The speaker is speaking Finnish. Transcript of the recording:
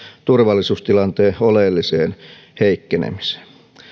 turvallisuustilanteen oleelliseen heikkenemiseen